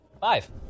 Five